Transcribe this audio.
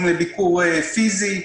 לביקור פיזי.